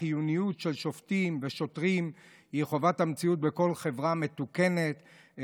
החיוניות של שופטים ושוטרים היא חובת המציאות בכל חברה מתוקנת,